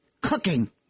cooking